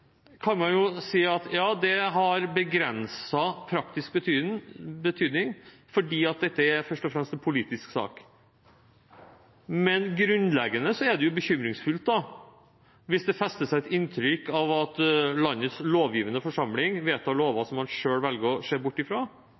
kan man si har begrenset praktisk betydning fordi dette først og fremst er en politisk sak, men grunnleggende er det bekymringsfullt hvis det fester seg et inntrykk av at landets lovgivende forsamling vedtar lover som man selv velger å se bort ifra.